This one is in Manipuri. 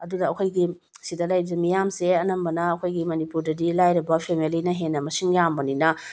ꯑꯗꯨꯗ ꯑꯩꯈꯣꯏꯒꯤ ꯁꯤꯗ ꯂꯩꯔꯤꯕ ꯃꯤꯌꯥꯝꯁꯦ ꯑꯅꯝꯕꯅ ꯑꯩꯈꯣꯏꯒꯤ ꯃꯅꯤꯄꯨꯔꯗꯗꯤ ꯂꯥꯏꯔꯕ ꯐꯦꯃꯤꯂꯤꯅ ꯍꯦꯟꯅ ꯃꯁꯤꯡ ꯌꯥꯝꯕꯅꯤꯅ